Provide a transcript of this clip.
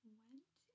went